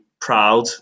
proud